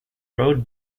road